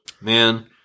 man